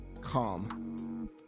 calm